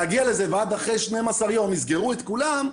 להגיע לזה ואז אחרי 12 יום יסגרו את כולם.